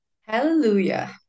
Hallelujah